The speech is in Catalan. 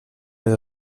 les